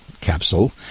capsule